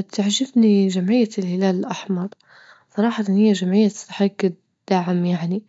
تعجبني جمعية الهلال الأحمر، صراحة هي جمعية تستحج الدعم يعني،